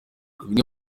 bimwe